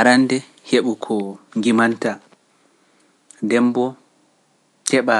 Arande heɓu ko ngimanta, ndemboo keɓa